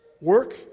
Work